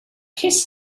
his